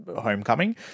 homecoming